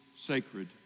sacred